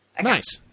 Nice